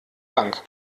bank